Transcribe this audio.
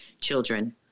children